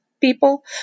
people